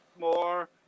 more